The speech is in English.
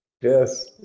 Yes